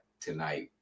tonight